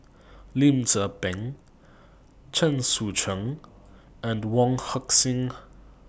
Lim Tze Peng Chen Sucheng and Wong Heck Sing